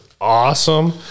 awesome